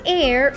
air